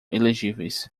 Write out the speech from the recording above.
elegíveis